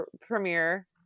premiere